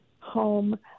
home